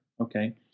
okay